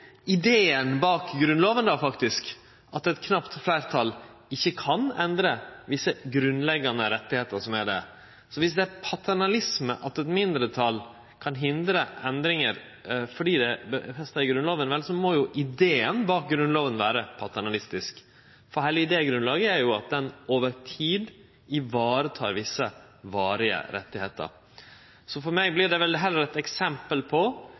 ideen bak Grunnlova at eit knapt fleirtal ikkje kan endre visse grunnleggjande rettar som er der. Dersom det er paternalisme at eit mindretal kan hindre endringar fordi det er grunnlovfesta, må ideen bak Grunnlova vere paternalistisk. Heile idégrunnlaget er at ho over tid varetek visse varige rettar. For meg vert det heller eit eksempel på